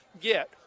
get